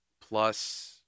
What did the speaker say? plus –